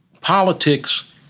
politics